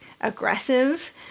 aggressive